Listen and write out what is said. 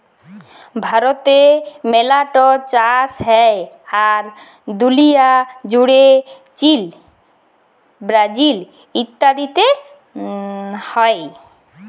ভারতে মেলা ট চাষ হ্যয়, আর দুলিয়া জুড়ে চীল, ব্রাজিল ইত্যাদিতে হ্য়য়